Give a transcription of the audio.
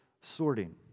sorting